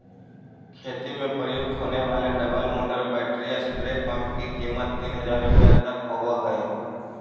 खेती में प्रयुक्त होने वाले double motor battery spray pump की कीमत तीन हज़ार रुपया तक होवअ हई